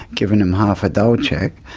giving them half a dole check,